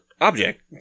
object